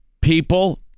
People